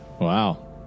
Wow